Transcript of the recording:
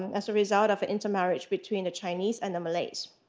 and as a result of an intermarriage between the chinese and the malays.